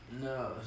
no